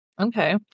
okay